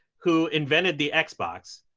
who invented the xbox.